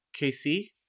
KC